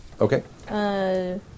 Okay